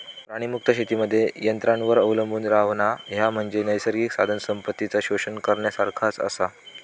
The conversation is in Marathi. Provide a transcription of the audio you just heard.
प्राणीमुक्त शेतीमध्ये यंत्रांवर अवलंबून रव्हणा, ह्या म्हणजे नैसर्गिक साधनसंपत्तीचा शोषण करण्यासारखाच आसा